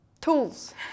tools